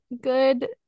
Good